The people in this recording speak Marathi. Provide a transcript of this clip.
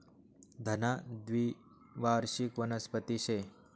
धना द्वीवार्षिक वनस्पती शे